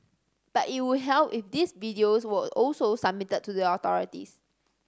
but it would help if these videos were also submitted to the authorities